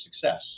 success